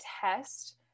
test